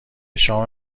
شام